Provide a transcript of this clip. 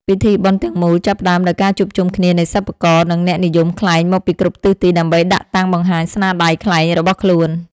ពិធីបុណ្យទាំងមូលចាប់ផ្ដើមដោយការជួបជុំគ្នានៃសិប្បករ និងអ្នកនិយមខ្លែងមកពីគ្រប់ទិសទី ដើម្បីដាក់តាំងបង្ហាញស្នាដៃខ្លែងរបស់ខ្លួន។